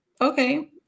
okay